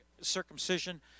Circumcision